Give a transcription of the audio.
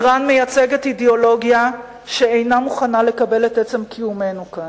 אירן מייצגת אידיאולוגיה שאינה מוכנה לקבל את עצם קיומנו כאן.